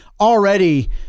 already